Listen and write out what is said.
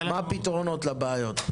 מהן הפתרונות לבעיות?